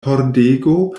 pordego